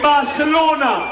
Barcelona